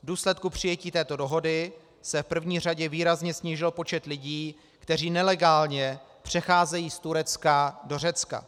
V důsledku přijetí této dohody se v první řadě výrazně snížil počet lidí, kteří nelegálně přecházejí z Turecka do Řecka.